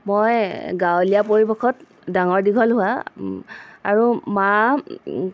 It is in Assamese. মই গাঁৱলীয়া পৰিৱেশত ডাঙৰ দীঘল হোৱা আৰু মা